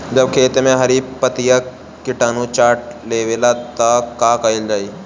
जब खेत मे हरी पतीया किटानु चाट लेवेला तऽ का कईल जाई?